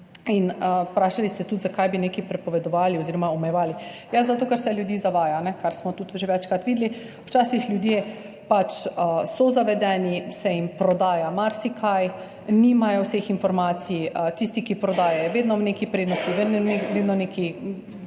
Vprašali ste tudi, zakaj bi nekaj prepovedovali oziroma omejevali. Zato, ker se ljudi zavaja, kar smo tudi že večkrat videli, včasih so ljudje pač zavedeni, prodaja se jim marsikaj, nimajo vseh informacij. Tisti, ki prodaja, je vedno v neki prednosti, vedno v neki